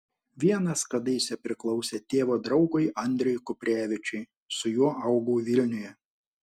vienas kadaise priklausė tėvo draugui andriui kuprevičiui su juo augau vilniuje